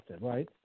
right